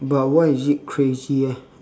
but why is it crazy eh